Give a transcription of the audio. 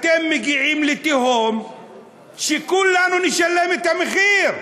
אתם מגיעים לתהום וכולנו נשלם את המחיר.